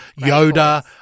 Yoda